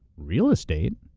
real estate,